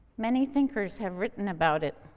many thinkers have written about it.